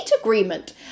agreement